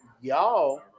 y'all